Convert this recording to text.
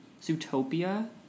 Zootopia